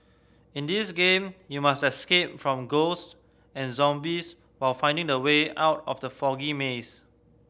in this game you must escape from ghost and zombies while finding the way out of the foggy maze